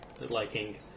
liking